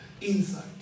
inside